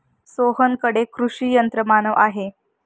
सोहनकडे कृषी यंत्रमानव आहे